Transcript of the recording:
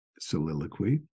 soliloquy